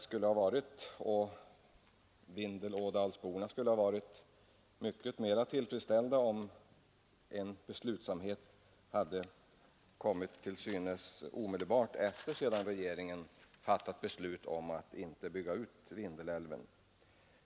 Men jag och Vindelådalsborna skulle ha varit mycket mera tillfredsställda om en beslutsamhet inom regeringen hade kommit till synes omedelbart efter det att regeringen fattade beslutet att inte bygga ut Vindelälven.